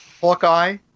Hawkeye